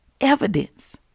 Evidence